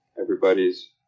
everybody's